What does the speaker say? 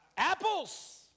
Apples